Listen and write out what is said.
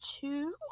two